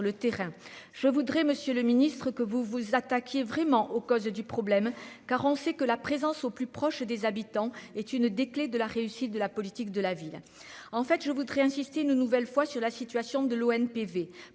le terrain, je voudrais Monsieur le Ministre, que vous vous attaquez vraiment aux causes du problème car on sait que la présence au plus proche des habitants est une des clés de la réussite de la politique de la ville, en fait, je voudrais insister ne nouvelle fois sur la situation de l'ONPV